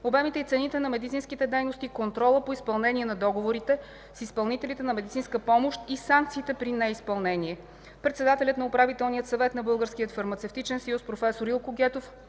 обемите и цените на медицинските дейности, контрола по изпълнение на договорите с изпълнителите на медицинска помощ и санкциите при неизпълнение. Председателят на Управителния съвет на Българския